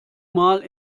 mal